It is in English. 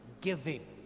Giving